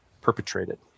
perpetrated